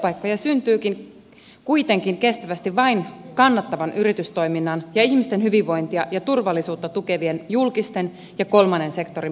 työpaikkoja syntyy kuitenkin kestävästi vain kannattavan yritystoiminnan ja ihmisten hyvinvointia ja turvallisuutta tukevien julkisen ja kolmannen sektorin palveluiden varaan